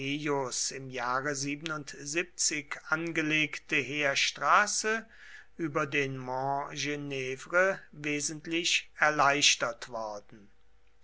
im jahre angelegte heerstraße über den mont genvre wesentlich erleichtert worden